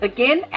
Again